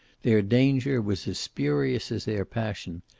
their danger was as spurious as their passion,